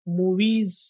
movies